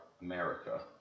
America